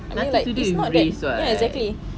nothing to do with race [what]